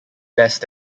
best